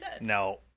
No